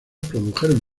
produjeron